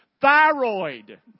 Thyroid